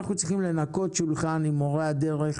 אנחנו צריכים לנקות שולחן עם מורי הדרך